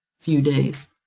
few days.